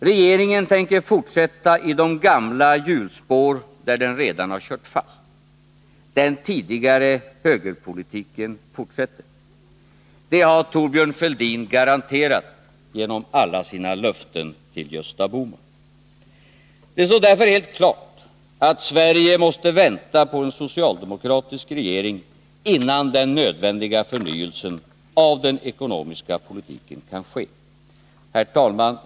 Regeringen tänker fortsätta i de gamla hjulspår där den redan kört fast. Den tidigare högerpolitiken fortsätter. Det har Thorbjörn Fälldin garanterat genom alla sina löften till Gösta Bohman. Det står därför helt klart, att Sverige måste vänta på en socialdemokratisk regering, innan den nödvändiga förnyelsen av den ekonomiska politiken kan ske. Herr talman!